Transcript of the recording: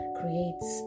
creates